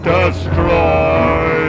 Destroy